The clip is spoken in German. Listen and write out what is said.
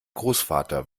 großvater